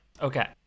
Okay